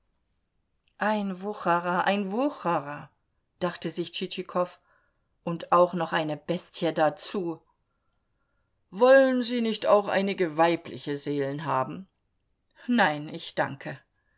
ein wucherer ein wucherer dachte sich tschitschikow und auch noch eine bestie dazu wollen sie nicht auch einige weibliche seelen haben nein ich danke